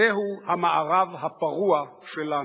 זהו המערב הפרוע שלנו.